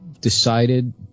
decided